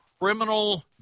criminal